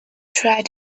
tried